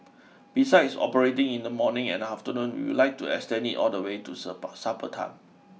besides operating in the morning and afternoon we would like to extend it all the way to supper time